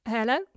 Hello